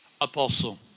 apostle